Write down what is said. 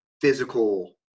physical